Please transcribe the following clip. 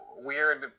weird